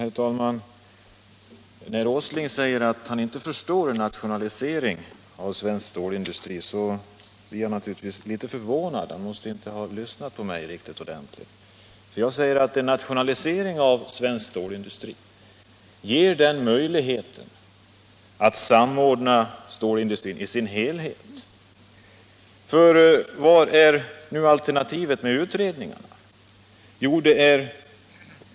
Herr talman! När herr Åsling säger att han inte förstår detta med nationalisering av svensk stålindustri blir jag naturligtvis litet förvånad. Han måtte inte ha lyssnat ordentligt på mig. Jag sade att en nationalisering av svensk stålindustri ger möjlighet att samordna stålindustrin i dess helhet. Vilket alternativ leder utredningarna till?